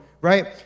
right